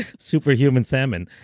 superhuman salmon.